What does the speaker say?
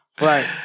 Right